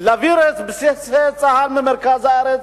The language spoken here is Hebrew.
להעביר את בסיסי צה"ל ממרכז הארץ,